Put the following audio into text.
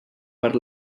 per